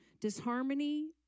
disharmony